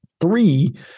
Three